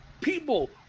People